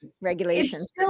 regulations